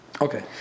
Okay